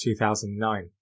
2009